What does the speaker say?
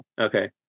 okay